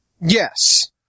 Yes